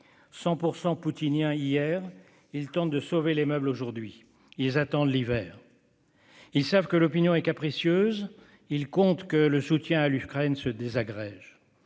100 % poutiniens d'hier tentent de sauver les meubles aujourd'hui. Ils attendent l'hiver. Ils savent que l'opinion est capricieuse, ils attendent que le soutien à l'Ukraine se désagrège.